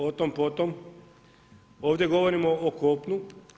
Otom potom, ovdje govorimo o kopnu.